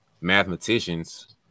mathematicians